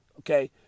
Okay